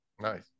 nice